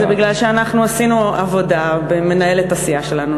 זה מפני שאנחנו עשינו עבודה ומנהלת הסיעה שלנו,